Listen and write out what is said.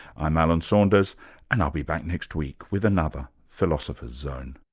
i'm alan saunders and i'll be back next week with another philosopher's zone